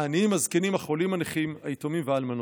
העניים, הזקנים, החולים, הנכים, היתומים והאלמנות.